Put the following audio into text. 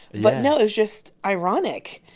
but no, it was just ironic.